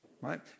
Right